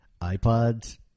iPods